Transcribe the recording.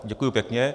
Děkuji pěkně.